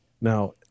Now